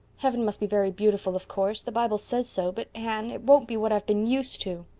heaven must be very beautiful, of course, the bible says so but, anne, it won't be what i've been used to.